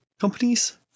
companies